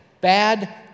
Bad